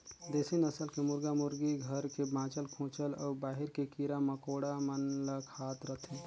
देसी नसल के मुरगा मुरगी घर के बाँचल खूंचल अउ बाहिर के कीरा मकोड़ा मन ल खात रथे